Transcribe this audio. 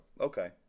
okay